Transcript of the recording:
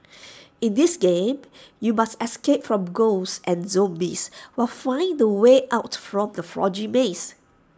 in this game you must escape from ghosts and zombies while finding the way out from the foggy maze